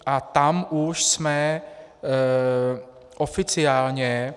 A tam už jsme oficiálně